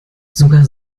sogar